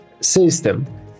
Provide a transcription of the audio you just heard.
system